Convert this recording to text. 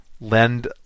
lend